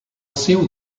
seu